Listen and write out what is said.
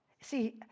see